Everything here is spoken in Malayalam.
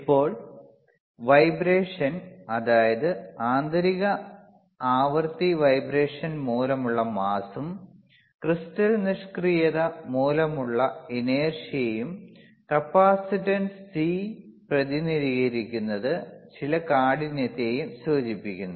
ഇപ്പോൾ വൈബ്രേഷൻ അതായത് ആന്തരിക ആവൃത്തി വൈബ്രേഷൻ മൂലമുള്ള മാസും ക്രിസ്റ്റൽ നിഷ്ക്രിയത മൂലമുള്ള inertiaഉം കപ്പാസിറ്റൻസ് C പ്രതിനിധീകരിക്കുന്നത് ചില കാഠിന്യത്തെയും സൂചിപ്പിക്കുന്നു